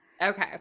Okay